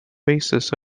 basis